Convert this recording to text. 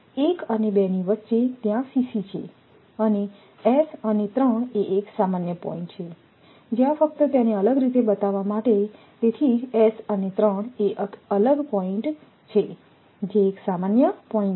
1 અને 2 ની વચ્ચે ત્યાં છે અને s અને 3 એ એક સામાન્ય પોઇન્ટ્ છેજ્યાં ફક્ત તેને અલગ રીતે બતાવવા માટે તેથી જ s અને 3 એ એક અલગ પોઇન્ટ્ છે જે એક સામાન્ય પોઇન્ટ્ છે